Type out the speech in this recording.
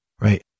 Right